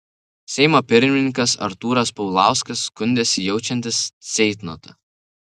seimo pirmininkas artūras paulauskas skundėsi jaučiantis ceitnotą